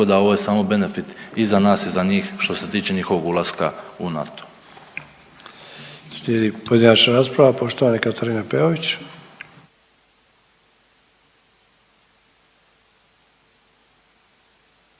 da ovo je samo benefit i za nas i za njih što se tiče njihovog ulaska u NATO.